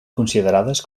considerades